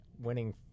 winning